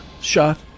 shot